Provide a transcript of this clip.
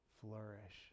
flourish